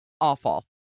Awful